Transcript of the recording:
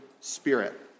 spirit